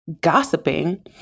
gossiping